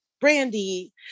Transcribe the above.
Brandy